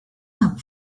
have